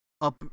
up